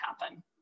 happen